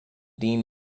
dean